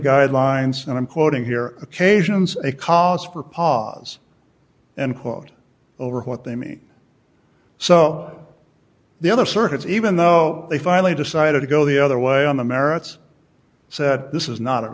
guidelines and i'm quoting here occasions a cause for pause and quote over what they mean so the other circuits even though they finally decided to go the other way on the merits said this is not at